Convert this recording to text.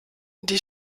die